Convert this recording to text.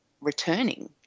returning